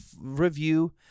review